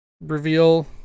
reveal